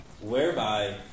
whereby